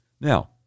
Now